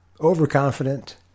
overconfident